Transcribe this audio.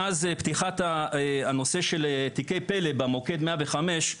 מאז פתיחת הנושא של תיקי פלא במוקד 105,